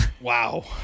Wow